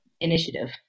initiative